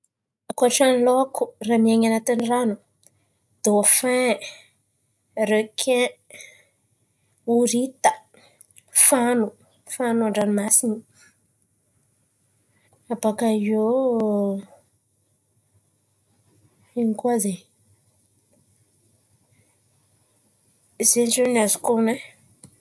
Ankôtran'n̈y lôko, raha miain̈y anatin'n̈y ran̈o: dofin, rekin, orita, fano an-dranomasin̈y, bakà eo ino koa zen̈y? Zay ziô no azoko hon̈ono.